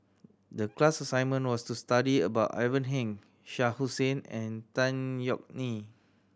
the class assignment was to study about Ivan Heng Shah Hussain and Tan Yeok Nee